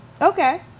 Okay